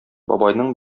бабайның